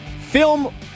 film